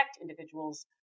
individuals